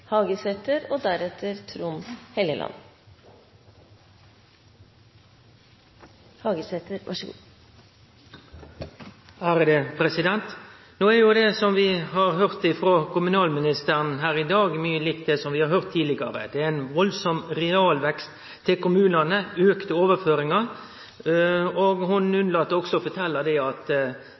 No er det vi har høyrt frå kommunalministeren her i dag, mye likt det vi har høyrt tidlegare. Det er ein kraftig realvekst til kommunane, auka overføringar. Ho unnlèt å fortelje at i den realveksten er det ikkje rekna inn at